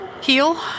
Heal